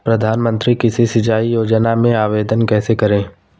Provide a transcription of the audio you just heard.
प्रधानमंत्री कृषि सिंचाई योजना में आवेदन कैसे करें?